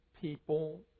people